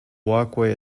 walkway